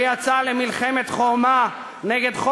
איך אתה לא מתבייש להגיד את הדברים האלה?